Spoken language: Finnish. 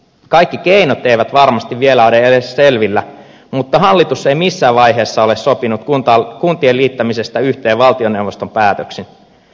kaikki keinot eivät varmasti vielä ole edes selvillä mutta hallitus ei missään vaiheessa ole sopinut kuntien liittämisestä yhteen valtioneuvoston päätöksin